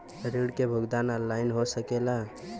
ऋण के भुगतान ऑनलाइन हो सकेला?